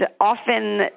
often